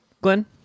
Glenn